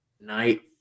Night